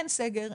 אין סגר,